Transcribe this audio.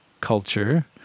culture